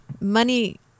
money